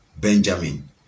Benjamin